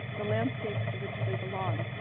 the landscapes to which they belong.